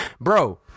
bro